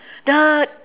the